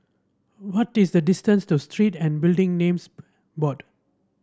what is the distance to Street and Building Names Board